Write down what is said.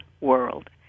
world